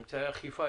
אמצעי אכיפה,